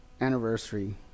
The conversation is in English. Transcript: anniversary